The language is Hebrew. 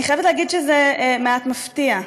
אני חייבת להגיד שזה מעט מפתיע,